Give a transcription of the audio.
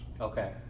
Okay